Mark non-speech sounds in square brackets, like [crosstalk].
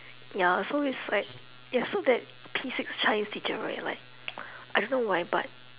ya so it's like ya so that P six chinese teacher right like [noise] I don't know why but